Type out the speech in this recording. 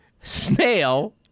snail